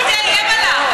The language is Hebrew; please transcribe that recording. אתה תצביע לו?